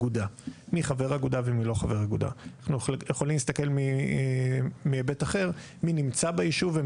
הוא היה מחוץ לחוק אבל אם אנחנו מסתכלים רק על היישוב הזה,